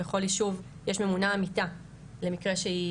בכל יישוב יש ממונה עמיתה למקרה שהיא